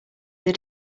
that